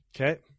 okay